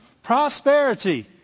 Prosperity